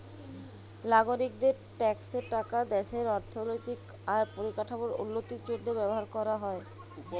লাগরিকদের ট্যাক্সের টাকা দ্যাশের অথ্থলৈতিক আর পরিকাঠামোর উল্লতির জ্যনহে ব্যাভার ক্যরা হ্যয়